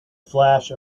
flash